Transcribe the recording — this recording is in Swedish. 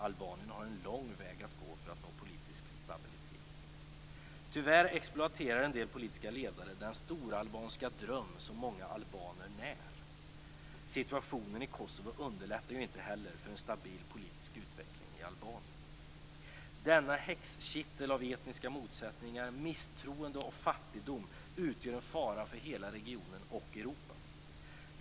Albanien har en lång väg att gå för att nå politisk stabilitet. Tyvärr exploaterar en del politiska ledare den storalbanska dröm som många albaner när. Situationen i Kosovo underlättar ju inte heller för en stabil politisk utveckling i Albanien. Denna häxkittel av etniska motsättningar, misstroende och fattigdom utgör en fara för hela regionen och Europa.